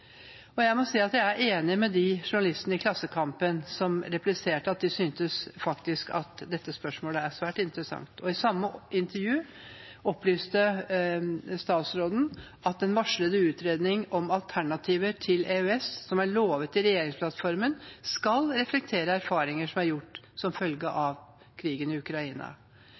Jeg må si at jeg er enig med de journalistene i Klassekampen som repliserte at de faktisk syntes at dette spørsmålet er svært interessant. I samme intervju opplyste statsråden at den varslede utredningen om alternativer til EØS, som er lovet i regjeringsplattformen, skal reflektere erfaringer som er gjort som følge av krigen i Ukraina.